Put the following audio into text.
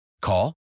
Call